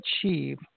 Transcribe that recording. achieve